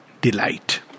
delight